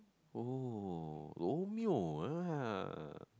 oh Romeo ah